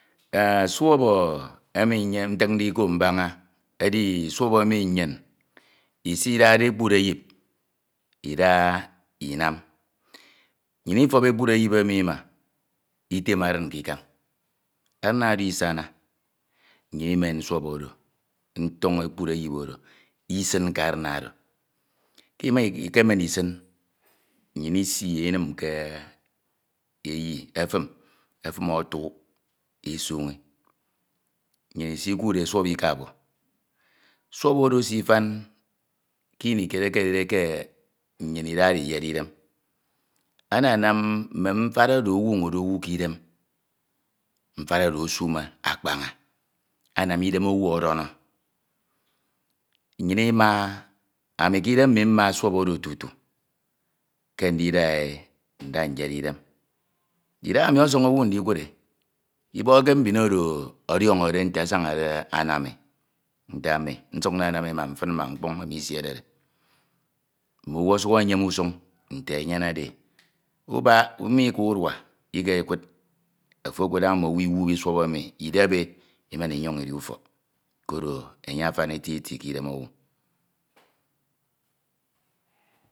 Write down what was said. Suọp emi ntinde ikọ mbaña edi suọp emi nnyin isidade ekpud eyip ida inam. Nnyin ifọp ekpud eyip emi ima, item arin ke ikañ, arin oro isana nnyin imen suọp oro ntọñ ekpud eyip oro isin ke arin oro. Ke ima ikemen isin, nnyin isi e inim ke eyi, efim efim otuk esoñi. Nnyin isikuud e suọp ikabo. Suọp oro esifan ke ini kied ekededi nnyin idade e iyere idem. Ananam mme mfad oro onwoñode owu ke idem mfad oro esume akpña, anam idem owu ọdọnọ. Nnyin ima, anu ke idem mmi mma suop oro tutu ke nduke nda nyere idem. Idahamu osọñ ouou ndikudee ibọhọke mbin oro ọdiọnọde nte asañade anam e. Nte amu nsuk ananam e ma mfin ma mkpọñ enu isierede mme owie esuk eyem usuñ nte enyenede e. Ubak mmo ika urua ikekud, oto ekud daña mme owu inwumi suọp enh idep e imen nnyin idi ufọk kono enye afan eti eti ke idem owu.